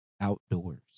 Outdoors